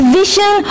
vision